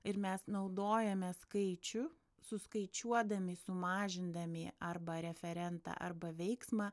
ir mes naudojame skaičių suskaičiuodami sumažindami arba referentą arba veiksmą